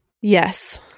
Yes